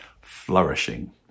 flourishing